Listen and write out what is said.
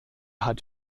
hat